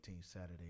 Saturday